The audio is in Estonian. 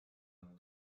nad